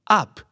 up